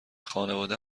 خانواده